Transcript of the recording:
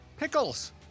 Pickles